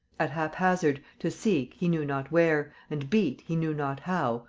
at haphazard, to seek, he knew not where, and beat, he knew not how,